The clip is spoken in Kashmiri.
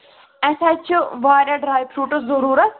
اَسہِ حظ چھِ واریاہ ڈرٛاے فرٛوٗٹٕز ضٔروٗرت